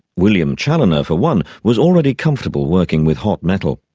william chaloner for one was already comfortable working with hot metal,